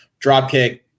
Dropkick